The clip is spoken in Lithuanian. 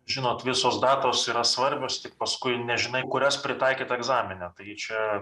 žinot visos datos yra svarbios tik paskui nežinai kurias pritaikyt egzamine tai čia